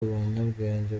abanyabwenge